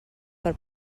per